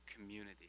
community